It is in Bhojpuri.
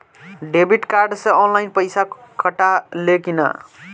डेबिट कार्ड से ऑनलाइन पैसा कटा ले कि ना?